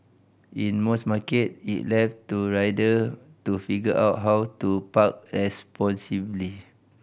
in most market it left to rider to figure out how to park responsibly